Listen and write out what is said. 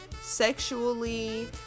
sexually